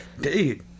Dude